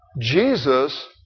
Jesus